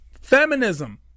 Feminism